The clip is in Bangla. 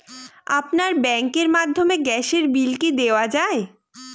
আপনার ব্যাংকের মাধ্যমে গ্যাসের বিল কি দেওয়া য়ায়?